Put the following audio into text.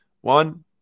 One